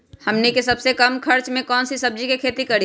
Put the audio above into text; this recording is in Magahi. हमनी के सबसे कम खर्च में कौन से सब्जी के खेती करी?